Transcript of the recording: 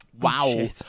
Wow